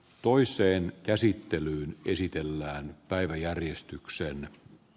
toiseen käsittelyyn esitellään päiväjärjestykseen